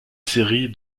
série